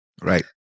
right